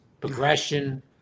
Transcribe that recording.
progression